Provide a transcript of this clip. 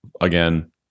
again